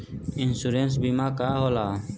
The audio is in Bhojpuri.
इन्शुरन्स बीमा का होला?